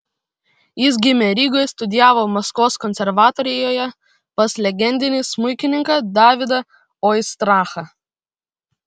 jis gimė rygoje studijavo maskvos konservatorijoje pas legendinį smuikininką davidą oistrachą